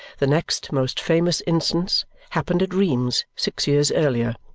the next most famous instance happened at rheims six years earlier,